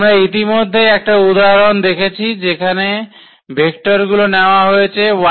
আমরা ইতিমধ্যেই একটা উদাহরণ দেখেছি এখানে ভেক্টরগুলো নেওয়া হয়েছে এবং